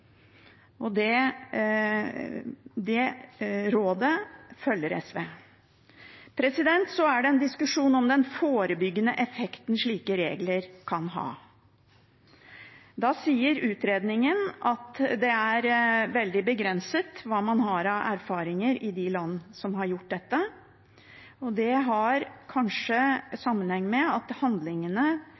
fullt ut. Det rådet følger SV. Så er det en diskusjon om den forebyggende effekten slike regler kan ha. Da sier utredningen at det er veldig begrenset hva man har av erfaringer i de land som har gjort dette, og det har kanskje sammenheng med at